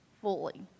fully